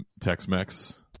Tex-Mex